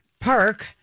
park